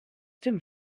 dem